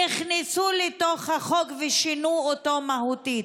נכנסו לתוך החוק ושינו אותו מהותית.